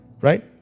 right